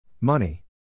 Money